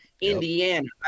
indiana